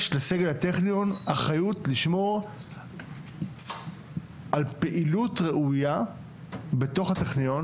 יש לסגל הטכניון אחריות לשמור על פעילות ראוייה בתוך הטכניון,